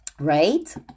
Right